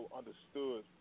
understood